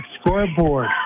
scoreboard